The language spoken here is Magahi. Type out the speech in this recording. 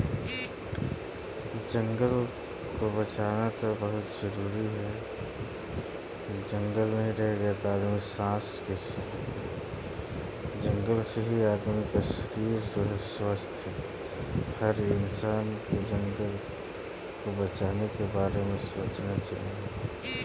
जंगल झार के हटाबे के लेल चराई के सेहो प्रयोग कएल जाइ छइ